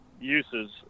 uses